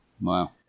Wow